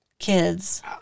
kids